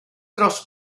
dros